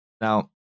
Now